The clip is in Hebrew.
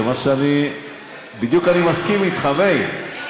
אני מסכים אתך, מאיר.